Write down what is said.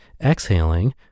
exhaling